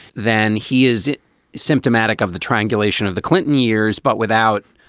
then he is it symptomatic of the triangulation of the clinton years? but without.